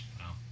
wow